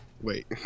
wait